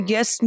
Yes